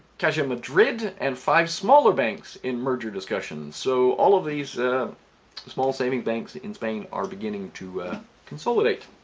caja madrid and five smaller banks in merger discussions so all of these small savings banks in spain are beginning to consolidate.